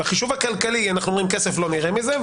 בחישוב הכלכלי, כסף לא נראה מזה.